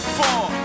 four